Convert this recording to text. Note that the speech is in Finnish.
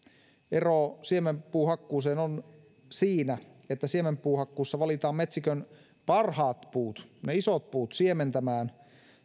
ero siemenpuuhakkuuseen on siinä että siemenpuuhakkuussa valitaan metsikön parhaat puut ne isot puut siementämään